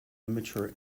immature